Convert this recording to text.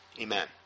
amen